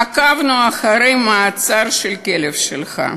עקבנו אחרי המעצר של הכלב שלך.